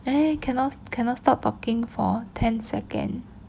eh cannot cannot stop talking for ten second